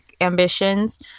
ambitions